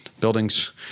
Buildings